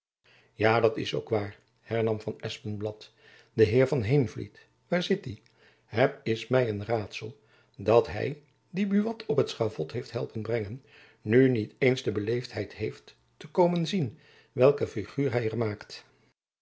ja dat is ook waar hernam van espenblad de heer van heenvliet waar zit die het is my een raadsel dat hy die buat op het schavot heeft helpen brengen nu niet eens de beleefdheid heeft te komen zien welke figuur hy